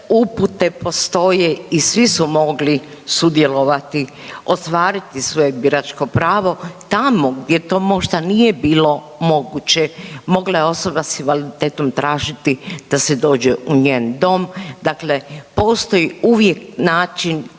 upute postoje i svi su mogli sudjelovati, ostvariti svoje biračko pravo. Tamo gdje to možda nije bilo moguće mogla je osoba s invaliditetom tražiti da se dođe u njen dom. Dakle, postoji uvijek način